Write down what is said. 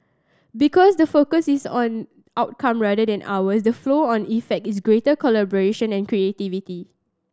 because the focus is on outcome rather than hours the flow on effect is greater collaboration and creativity